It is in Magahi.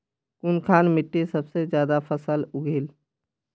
कुनखान मिट्टी सबसे ज्यादा फसल उगहिल?